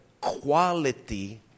quality